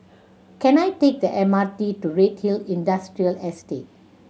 can I take the M R T to Redhill Industrial Estate